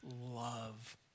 love